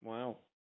Wow